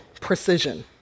precision